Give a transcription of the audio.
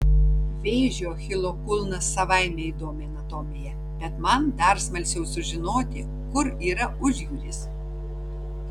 vėžio achilo kulnas savaime įdomi anatomija bet man dar smalsiau sužinoti kur yra užjūris